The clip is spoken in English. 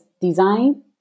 design